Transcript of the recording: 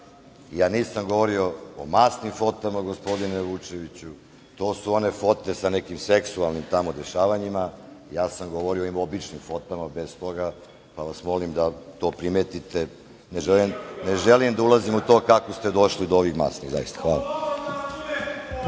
nisam govorio o masnim fotama, gospodine Vučeviću. To su one fote sa nekim seksualnim tamo dešavanjima. Ja sam govorio o običnim fotama, bez toga, pa vas molim da to primetite. Ne želim da ulazim u to kako ste došli do ovih masnih, zaista. Hvala.